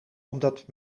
omdat